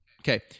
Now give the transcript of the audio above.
Okay